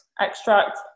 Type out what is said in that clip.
extract